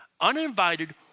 uninvited